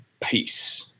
Peace